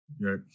right